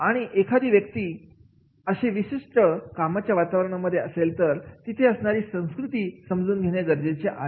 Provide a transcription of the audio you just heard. आणि एखादी व्यक्ती अशा विशिष्ट कामाच्या वातावरणामध्ये असेल तर तिथे असणारी संस्कृती समजून घेणे गरजेचे आहे